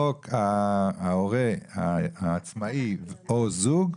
חוק ההורה העצמאי או זוג,